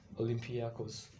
Olympiacos